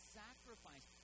sacrifice